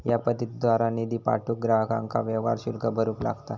या पद्धतीद्वारा निधी पाठवूक ग्राहकांका व्यवहार शुल्क भरूक लागता